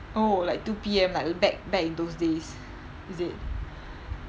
oh like two P_M like back back in those days is it